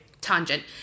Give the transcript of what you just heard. tangent